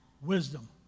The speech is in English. wisdom